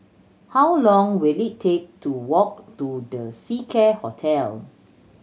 how long will it take to walk to The Seacare Hotel